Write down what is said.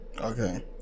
Okay